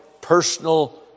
personal